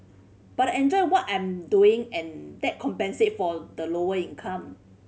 but I enjoy what I'm doing and that compensate for the lower income